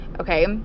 okay